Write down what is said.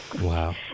Wow